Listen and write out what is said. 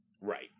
right